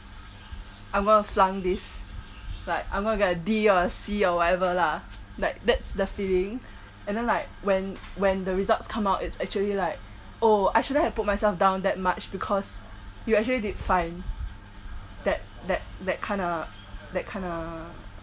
I'm gonna flunk this like I gonna get a D or C or whatever lah like that's the feeling and then like when when the results come out it's actually like oh I shouldn't have put myself down that much because you actually did fine that that that kinda that kinda